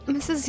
Mrs